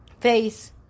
face